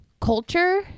culture